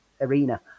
arena